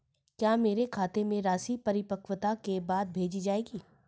क्या मेरे खाते में राशि परिपक्वता के बाद भेजी जाएगी?